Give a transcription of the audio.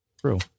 True